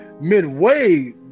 midway